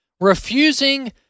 refusing